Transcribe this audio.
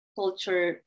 culture